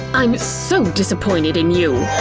i'm so disappointed in you!